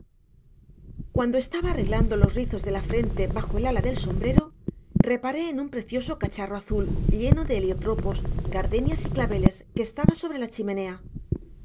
cuando estaba arreglando los rizos de la frente bajo el ala del sombrero reparé en un precioso cacharro azul lleno de heliotropos gardenias y claveles que estaba sobre la chimenea